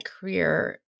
career